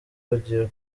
bagiye